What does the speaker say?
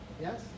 Yes